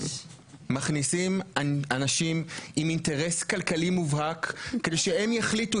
מכניסים אנשים עם אינטרס כלכלי מובהק כדי שהם יחליטו,